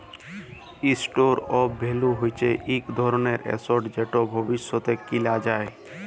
store of value হচ্যে ইক ধরলের এসেট যেট ভবিষ্যতে কিলা যায়